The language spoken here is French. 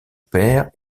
père